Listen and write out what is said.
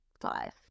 five